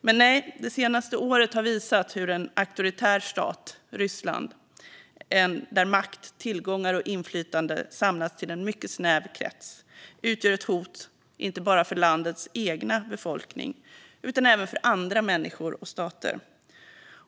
Men nej, det senaste året har visat hur en auktoritär stat, Ryssland, där makt, tillgångar och inflytande samlats i en mycket snäv krets, utgör ett hot inte bara för landets egen befolkning utan även för andra människor och stater.